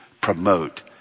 promote